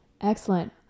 Excellent